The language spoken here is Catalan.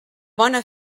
bona